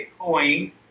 Bitcoin